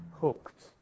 hooked